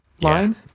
line